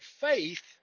faith